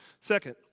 Second